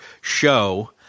show